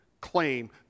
claim